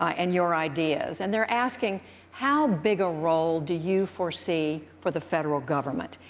ah and your ideas, and they're asking how big a role do you foresee for the federal government?